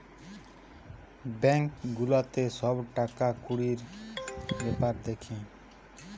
bank গুলাতে সব টাকা কুড়ির বেপার দ্যাখে